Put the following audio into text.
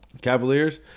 Cavaliers